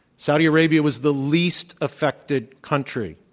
saudi arabia was the least affected country,